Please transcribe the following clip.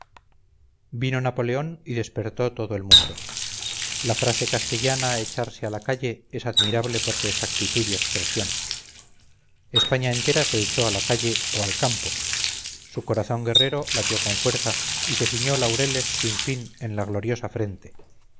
vino napoleón y despertó todo el mundo la frase castellana echarse a la calle es admirable por su exactitud y expresión españa entera se echó a la calle o al campo su corazón guerrero latió con fuerza y se ciñó laureles sin fin en la gloriosa frente